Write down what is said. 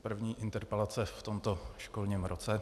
První interpelace v tomto školním roce.